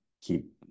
keep